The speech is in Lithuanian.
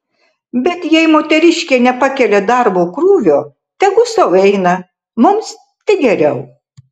bet jei moteriškė nepakelia darbo krūvio tegu sau eina mums tik geriau